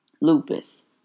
lupus